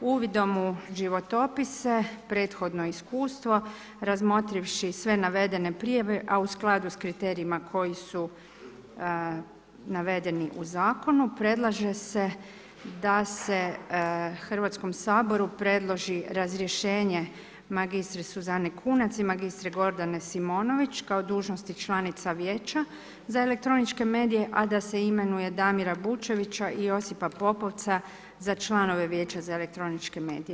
Uvidom u životopise, prethodno iskustvo, razmotrivši sve navedene prijave a u skladu sa kriterijima koji su navedeni u zakonu, predlaže se da se Hrvatskom saboru predloži razrješenje mr.sc. Suzane Kunac i mr.sc. Gordane Simonović kao dužnosti članica Vijeća za elektroničke medije a da se imenuje Damira Bučevića i Josipa Popovca za članove Vijeća za elektroničke medije.